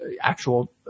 actual